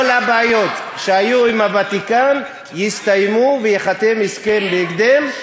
כל הבעיות שהיו עם הוותיקן יסתיימו וייחתם הסכם בהקדם.